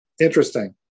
Interesting